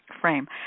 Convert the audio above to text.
frame